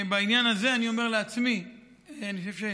בעניין הזה אני אומר לעצמי שחובתנו,